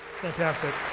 fantastic.